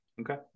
Okay